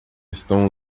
estão